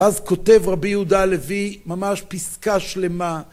אז כותב רבי יהודה הלוי ממש פסקה שלמה.